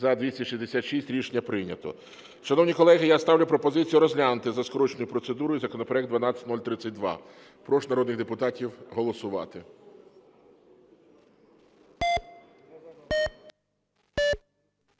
За-266 Рішення прийнято. Шановні колеги, я ставлю пропозицію розглянути за скороченою процедурою законопроект 12032. Прошу народних депутатів голосувати.